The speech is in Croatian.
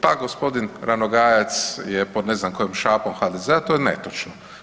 pa gospodin Ranogajac je pod ne znam kojom šapom HDZ-a, to je netočno.